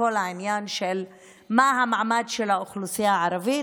כל העניין של מה המעמד של האוכלוסייה הערבית,